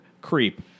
creep